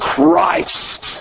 Christ